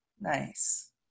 Nice